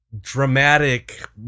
dramatic